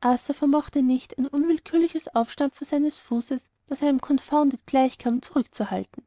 arthur vermochte nicht ein unwillkürliches aufstampfen seines fußes das einem confound it gleichkam zurückzuhalten